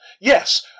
yes